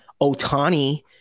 Otani